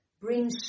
bring